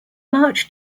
march